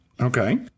Okay